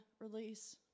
release